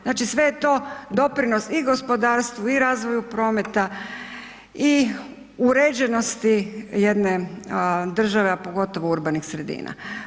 Znači sve je to doprinos i gospodarstvu, i razvoju prometa i uređenosti jedne države, a pogotovo urbanih sredina.